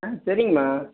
ஆ சரிங்கம்மா